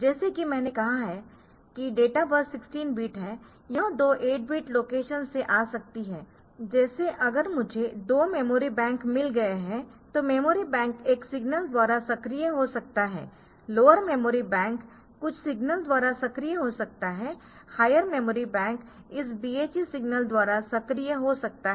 जैसे कि मैंने कहा कि डेटा बस 16 बिट है यह दो 8 बिट लोकेशन्स से आ सकती है जैसे अगर मुझे 2 मेमोरी बैंक मिल गए है तो मेमोरी बैंक एक सिग्नल द्वारा सक्रिय हो सकता है लोअर मेमोरी बैंक कुछ सिग्नल द्वारा सक्रिय हो सकता है हायर मेमोरी बैंक इस BHE सिग्नल द्वारा सक्रिय होता है